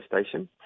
Station